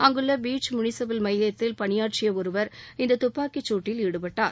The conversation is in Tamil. அங்குள்ள பீச் முனிசிபல் மையத்தில் பணியாற்றிய ஒருவர் இந்த துப்பாக்கி சூட்டில் ஈடுபட்டார்